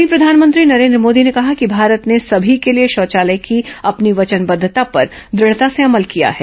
वहीं प्रधानमंत्री नरेन्द्र मोदी ने कहा कि भारत ने सभी के लिए शौचालय की अपनी वचनबद्धता पर दढता से अमल किया है